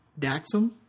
Daxum